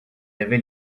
avait